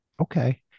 Okay